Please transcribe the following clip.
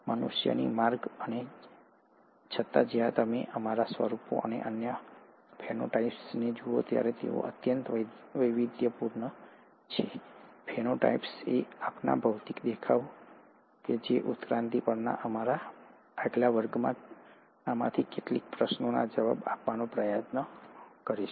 મનુષ્યોથી માર્ગ અને છતાં જ્યારે તમે અમારા સ્વરૂપો અને અમારા ફેનોટાઇપ્સને જુઓ ત્યારે તેઓ અત્યંત વૈવિધ્યપુર્ણ છે ફેનોટાઇપ્સ એ આપણા ભૌતિક દેખાવ છે અને અમે ઉત્ક્રાંતિ પરના અમારા આગલા વર્ગમાં આમાંથી કેટલાક પ્રશ્નોના જવાબ આપવાનો પ્રયત્ન કરીશું